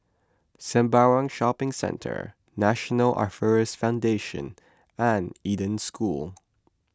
Sembawang Shopping Centre National Arthritis Foundation and Eden School